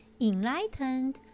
enlightened